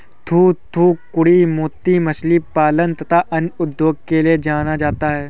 थूथूकुड़ी मोती मछली पालन तथा अन्य उद्योगों के लिए जाना जाता है